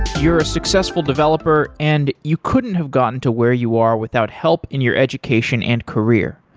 you're a successful developer and you couldn't have gotten to where you are without help in your education and career.